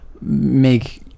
make